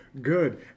good